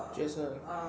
角色